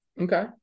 okay